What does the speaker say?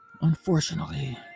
unfortunately